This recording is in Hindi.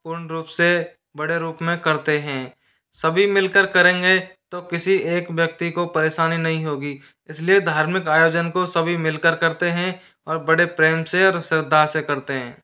पूर्ण रूप से बड़े रूप में करते हैं सभी मिल कर करेंगे तो किसी एक व्यक्ति को परेशानी नहीं होगी इस लिए धार्मिक आयोजन को सभी मिल कर करते हैं और बड़े प्रेम से और श्रद्धा से करते हैं